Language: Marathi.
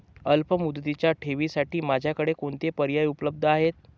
अल्पमुदतीच्या ठेवींसाठी माझ्याकडे कोणते पर्याय उपलब्ध आहेत?